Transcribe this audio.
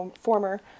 former